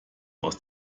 aus